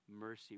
mercy